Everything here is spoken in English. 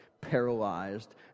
paralyzed